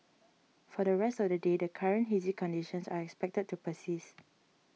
for the rest of the day the current hazy conditions are expected to persist